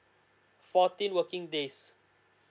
fourteen working days